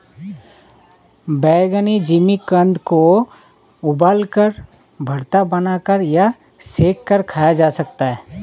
बैंगनी जिमीकंद को उबालकर, भरता बनाकर या सेंक कर खाया जा सकता है